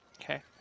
Okay